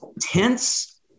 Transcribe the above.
tense